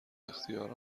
اختیار